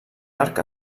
arc